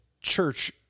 church